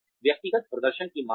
व्यक्तिगत प्रदर्शन की मान्यता